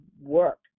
work